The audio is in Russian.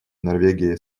норвегии